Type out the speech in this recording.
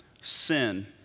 sin